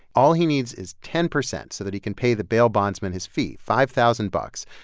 all he needs is ten percent so that he can pay the bail bondsman his fee, five thousand bucks.